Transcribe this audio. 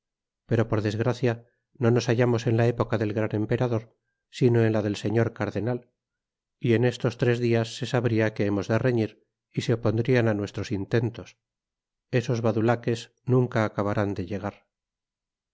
pero por desgracia no nos hallamos en la época del gran emperador sino en la del señor cardenal y en estos tres dias se sabria que hemos de reñir y se opondrian á nuestros intentos esos badulaques nunca acabarán de llegar